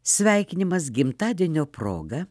sveikinimas gimtadienio proga